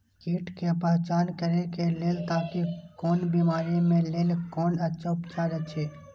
कीट के पहचान करे के लेल ताकि कोन बिमारी के लेल कोन अच्छा उपचार अछि?